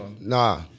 Nah